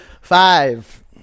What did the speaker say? Five